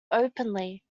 openly